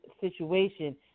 situation